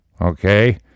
okay